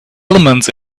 elements